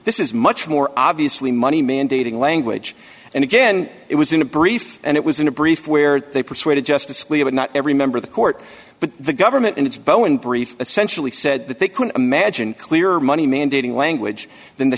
this is much more obviously money mandating language and again it was in a brief and it was in a brief where they persuaded justice scalia but not every member of the court but the government in its bowen brief essentially said that they couldn't imagine clear money mandating language than the